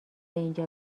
اینجا